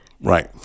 right